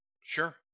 Sure